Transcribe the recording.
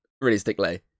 Realistically